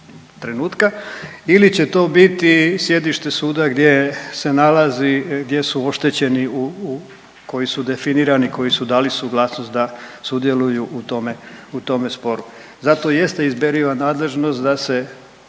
trenutka ili će to biti sjedište suda gdje se nalazi, gdje su oštećeni u, koji su definirani, koji su dali suglasnost da sudjeluju u tome sporu. Zato jeste izberiva nadležnost da se